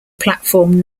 platform